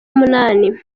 munani